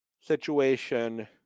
situation